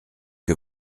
que